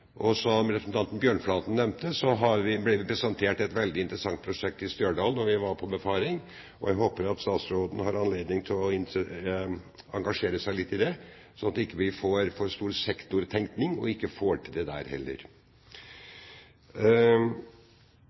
Som representanten Bjørnflaten nevnte, fikk vi presentert et veldig interessant prosjekt i Stjørdal da vi var på befaring. Jeg håper at statsråden har anledning til å engasjere seg litt i det, slik at vi ikke får en for stor sektortenkning og ikke får til det der heller.